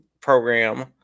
program